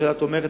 הממשלה תומכת,